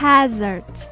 Hazard